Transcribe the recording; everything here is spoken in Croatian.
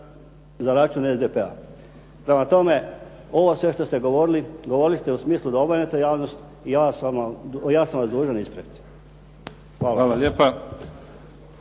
za račun SDP-a. Prema tome, ovo sve što ste govorili govorili ste u smislu da obmanjujete javnost i ja sam vas dužan ispraviti. Hvala.